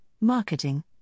marketing